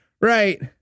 Right